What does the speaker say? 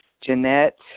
Jeanette